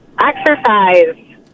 Exercise